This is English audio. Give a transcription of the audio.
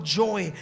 joy